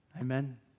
Amen